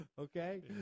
Okay